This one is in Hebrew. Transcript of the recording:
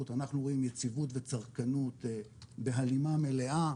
אנחנו רואים יציבות וצרכנות בהלימה מלאה,